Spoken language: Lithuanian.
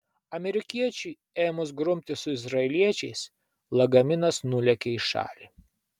amerikiečiui ėmus grumtis su izraeliečiais lagaminas nulėkė į šalį